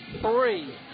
three